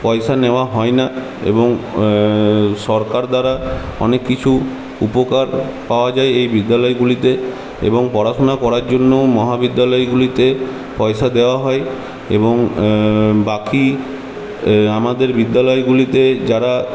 পয়সা নেওয়া হয় না এবং সরকার দ্বারা অনেক কিছু উপকার পাওয়া যায় এই বিদ্যালয়গুলিতে এবং পড়াশোনা করার জন্য মহাবিদ্যালয়গুলিতে পয়সা দেওয়া হয় এবং বাকি আমাদের বিদ্যালয়গুলিতে যারা